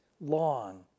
long